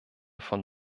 von